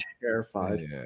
terrified